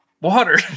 Water